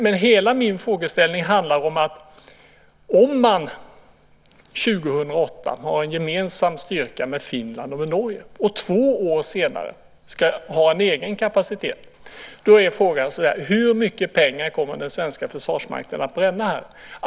Men hela min frågeställning handlar om att om man 2008 har en gemensam styrka med Finland och Norge och två år senare ska ha en egen kapacitet, hur mycket pengar kommer då den svenska försvarsmakten att bränna här?